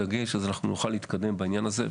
ואם ניתן שם קודם את הדגש אז אנחנו נוכל להתקדם בעניין הזה.